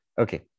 Okay